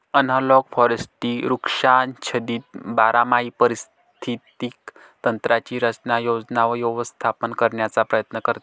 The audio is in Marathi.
ॲनालॉग फॉरेस्ट्री वृक्षाच्छादित बारमाही पारिस्थितिक तंत्रांची रचना, योजना व व्यवस्थापन करण्याचा प्रयत्न करते